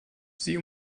sie